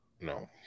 No